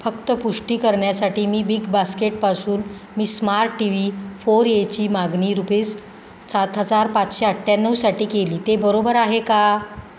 फक्त पुष्टी करण्यासाठी मी बिग बास्केटपासून मी स्मार्ट टी व्ही फोर एची मागणी रुपीस सात हजार पाचशे अठ्ठ्याण्णवसाठी केली ते बरोबर आहे का